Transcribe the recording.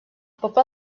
poble